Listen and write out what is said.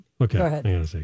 okay